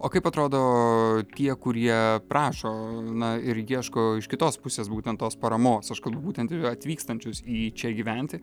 o kaip atrodo tie kurie prašo na ir ieško iš kitos pusės būtent tos paramos aš kalbu būtent atvykstančius į čia gyventi